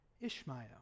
Ishmael